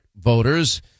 voters